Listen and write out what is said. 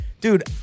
dude